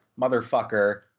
motherfucker